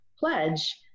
pledge